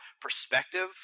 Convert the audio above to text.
perspective